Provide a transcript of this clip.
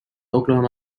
oklahoma